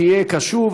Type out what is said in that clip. תהיה קשוב,